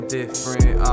different